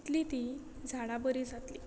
तितलीं तीं झाडां बरी जातली